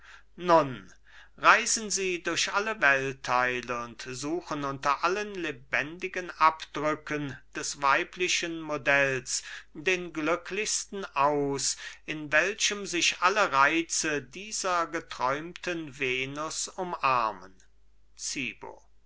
nun reisen sie durch alle weltteile und suchen unter allen lebendigen abdrücken des weiblichen modells den glücklichsten aus in welchem sich alle reize dieser geträumten venus umarmen zibo